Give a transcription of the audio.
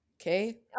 Okay